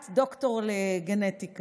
את דוקטור לגנטיקה,